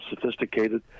sophisticated